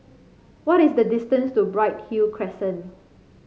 what is the distance to Bright Hill Crescent